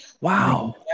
Wow